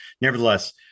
Nevertheless